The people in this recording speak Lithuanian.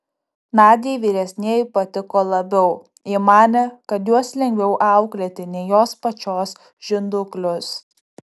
nadiai vyresnieji patiko labiau ji manė kad juos lengviau auklėti nei jos pačios žinduklius